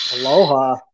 Aloha